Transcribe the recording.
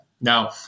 Now